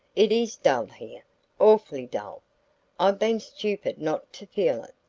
it is dull here awfully dull i've been stupid not to feel it.